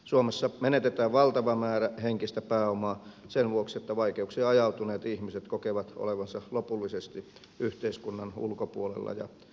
suomessa menetetään valtava määrä henkistä pääomaa sen vuoksi että vaikeuksiin ajautuneet ihmiset kokevat olevansa lopullisesti yhteiskunnan ulkopuolella ja seinää vasten